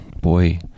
boy